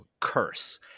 curse